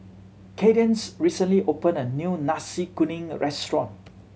Kaydence recently opened a new Nasi Kuning restaurant